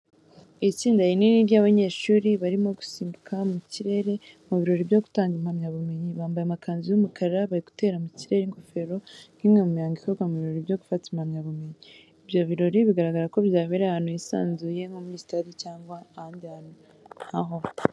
Itsinda rinini ry'abanyeshuri, barimo gusimbuka mu kirere mu birori byo gutanga impamyabumenyi. Bambaye amakanzu y'umukara, bari gutera mu kirere ingofero nk'imwe mu mihango ikorwa mu birori byo gufata impamyabumenyi. Ibyo birori biragaragara ko byabereye ahantu hisanzuye nko muri sitade cyangwa ahandi hantu nka ho.